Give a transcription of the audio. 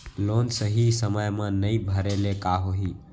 Loan सही समय मा नई भरे ले का होही?